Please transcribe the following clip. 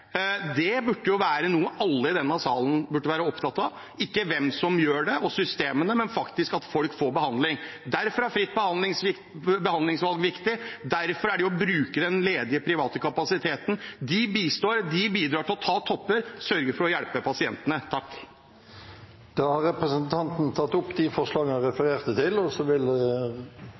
Det burde være noe alle i denne salen var opptatt av – ikke hvem som gjør det og systemene, men at folk faktisk får behandling. Derfor er fritt behandlingsvalg viktig og det å bruke den ledige private kapasiteten. De bistår, de bidrar til å ta topper, og de sørger for å hjelpe pasientene. Da har representanten Bård Hoksrud tatt opp de forslagene han refererte til. Presidenten vil